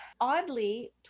oddly